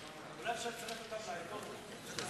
אולי אפשר לצרף אותם לעדות, אני חושב